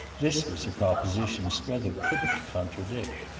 this was a proposition strether couldn't contradict.